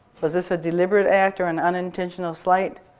was this a deliberate act or and unintentional slight?